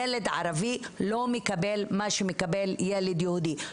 ילד ערבי לא מקבל מה שמקבל ילד יהודי,